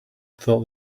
thought